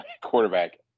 quarterback